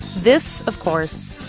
this, of course,